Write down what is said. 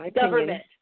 Government